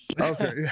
okay